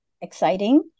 exciting